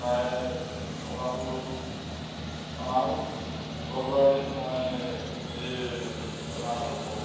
প্ৰায় সপ্তাহটোত বা মাহটোত দহ বাৰ দিন মই নিজেই ৰন্ধা কামটো কৰোঁ